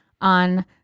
on